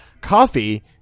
coffee